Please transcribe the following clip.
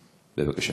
בבקשה.